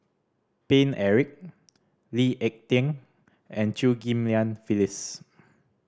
Paine Eric Lee Ek Tieng and Chew Ghim Lian Phyllis